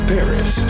Paris